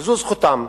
וזאת זכותם.